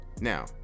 now